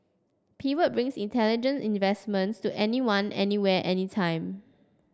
pivot brings intelligent investments to anyone anywhere anytime